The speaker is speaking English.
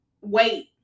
Wait